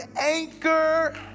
anchor